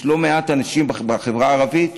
יש לא מעט אנשים בחברה הערבית